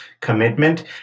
commitment